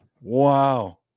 Wow